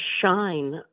shine